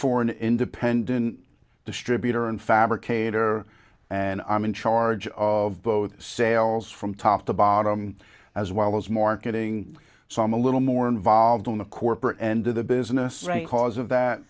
for an independent distributor and fabricator and i'm in charge of both sales from top to bottom as well as marketing some a little more involved on the corporate end of the business range cause of that